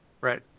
Right